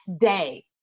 day